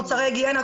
מוצרי היגיינה,